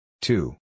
two